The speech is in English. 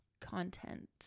content